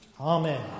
Amen